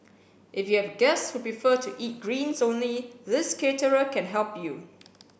if you have guests who prefer to eat greens only this caterer can help you